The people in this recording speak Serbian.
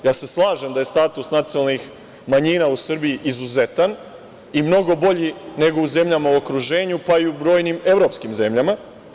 Ja se slažem da je status nacionalnih manjina u Srbiji izuzetan i mnogo bolji nego u zemljama u okruženju, pa i brojnim evropskim zemljama.